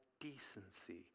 decency